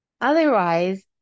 Otherwise